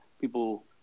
people